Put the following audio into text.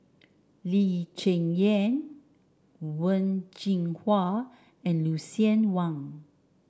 Lee Cheng Yan Wen Jinhua and Lucien Wang